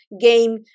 game